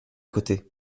côté